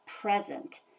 present